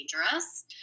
dangerous